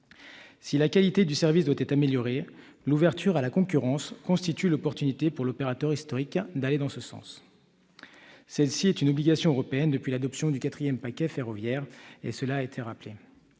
Si la qualité du service doit être améliorée, l'ouverture à la concurrence constitue l'opportunité pour l'opérateur historique d'aller dans ce sens. Celle-ci est une obligation européenne depuis l'adoption du quatrième paquet ferroviaire, comme cela a été rappelé.